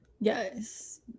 Yes